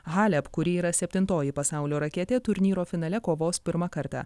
halep kuri yra septintoji pasaulio raketė turnyro finale kovos pirmą kartą